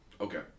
Okay